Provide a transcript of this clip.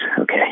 okay